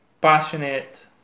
passionate